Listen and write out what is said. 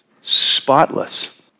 spotless